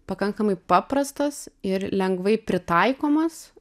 pakankamai paprastas ir lengvai pritaikomas